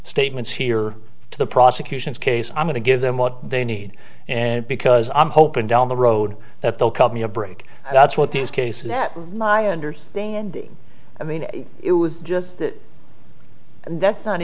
statements here to the prosecution's case i'm going to give them what they need and because i'm hoping down the road that they'll cut me a break and that's what these cases that my understanding i mean it was just that and that's